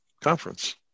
conference